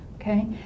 Okay